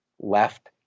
left